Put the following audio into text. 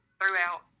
throughout